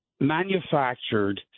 manufactured